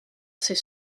ces